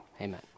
Amen